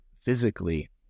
physically